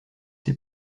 ces